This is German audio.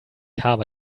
habe